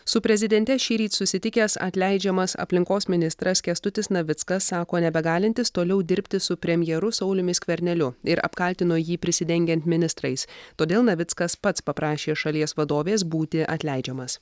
su prezidente šįryt susitikęs atleidžiamas aplinkos ministras kęstutis navickas sako nebegalintis toliau dirbti su premjeru sauliumi skverneliu ir apkaltino jį prisidengiant ministrais todėl navickas pats paprašė šalies vadovės būti atleidžiamas